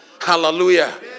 Hallelujah